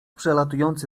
przelatujący